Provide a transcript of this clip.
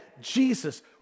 Jesus